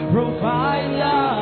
Provider